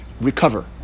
Recover